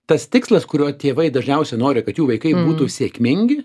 tas tikslas kurio tėvai dažniausiai nori kad jų vaikai būtų sėkmingi